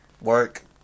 Work